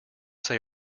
say